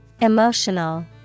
Emotional